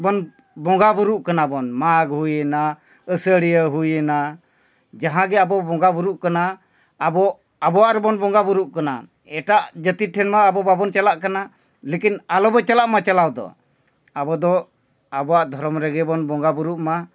ᱵᱚᱱ ᱵᱚᱸᱜᱟ ᱵᱩᱨᱩᱜ ᱠᱟᱱᱟ ᱵᱚᱱ ᱢᱟᱜᱽ ᱦᱩᱭᱮᱱᱟ ᱟᱥᱟᱲᱤᱭᱟᱹ ᱦᱩᱭᱮᱱᱟ ᱡᱟᱦᱟᱸ ᱜᱮ ᱟᱵᱚ ᱵᱚᱸᱜᱟ ᱵᱩᱨᱩᱜ ᱠᱟᱱᱟ ᱟᱵᱚ ᱟᱵᱚᱣᱟᱜ ᱨᱮᱵᱚᱱ ᱵᱚᱸᱜᱟ ᱵᱩᱨᱩᱜ ᱠᱟᱱᱟ ᱮᱴᱟᱜ ᱡᱟᱹᱛᱤ ᱴᱷᱮᱱ ᱢᱟ ᱟᱵᱚ ᱵᱟᱵᱚᱱ ᱪᱟᱞᱟᱜ ᱠᱟᱱᱟ ᱞᱮᱠᱤᱱ ᱟᱞᱚ ᱵᱚ ᱪᱟᱞᱟᱜ ᱢᱟ ᱪᱟᱞᱟᱣ ᱫᱚ ᱟᱵᱚ ᱫᱚ ᱟᱵᱚᱣᱟᱜ ᱫᱷᱚᱨᱚᱢ ᱨᱮᱜᱮ ᱵᱚᱱ ᱵᱚᱸᱜᱟ ᱵᱩᱨᱩᱜ ᱢᱟ